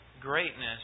greatness